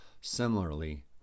similarly